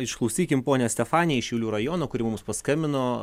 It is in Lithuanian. išklausykim ponią stefaniją iš šiaulių rajono kuri mums paskambino